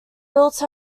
built